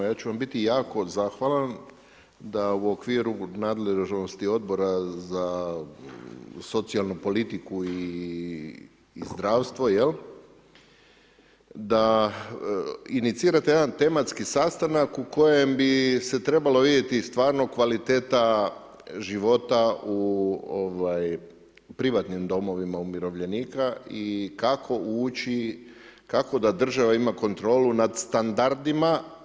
Ja ću vam biti jako zahvalan, da u okviru nadležnosti Odbora za socijalnu politiku i zdravstvo, da inicirate jedan tematski sastanak u kojem bi se trebalo vidjeti stvarno kvaliteta života u privatnim domovima umirovljenika i kako ući, kako da država ima kontrolu nad standardima.